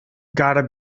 gotta